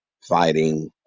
fighting